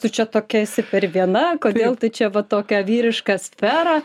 tu čia tokia esi per viena kodėl tu čia va tokią vyrišką sferą